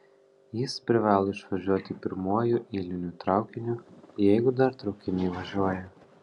jis privalo išvažiuoti pirmuoju eiliniu traukiniu jeigu dar traukiniai važiuoja